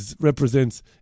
represents